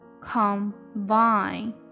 combine